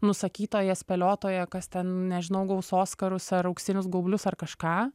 nusakytoja spėliotoja kas ten nežinau gaus oskarus ar auksinius gaublius ar kažką